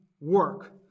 work